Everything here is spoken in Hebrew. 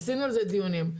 ערכנו על זה דיונים.